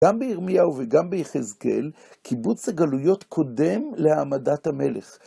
גם בירמיהו וגם ביחזקל קיבוץ הגלויות קודם להעמדת המלך.